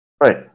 Right